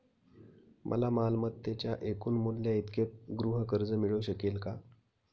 मला मालमत्तेच्या एकूण मूल्याइतके गृहकर्ज मिळू शकेल का?